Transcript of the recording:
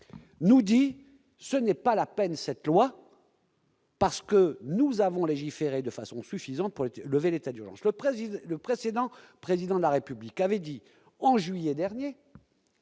nous dit ce n'est pas la peine, cette loi. Parce que nous avons légiférer de façon suffisante pour lever l'état d'urgence, le président, le précédent président de la République avait dit en juillet dernier,